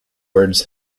words